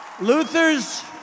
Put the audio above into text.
Luther's